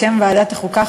בשם ועדת החוקה,